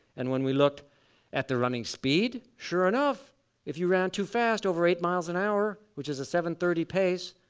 and when we looked at the running speed, sure enough if you ran too fast, over eight miles per and hour, which is a seven thirty pace,